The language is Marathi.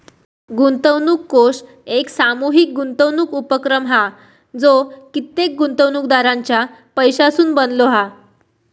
गुंतवणूक कोष एक सामूहीक गुंतवणूक उपक्रम हा जो कित्येक गुंतवणूकदारांच्या पैशासून बनलो हा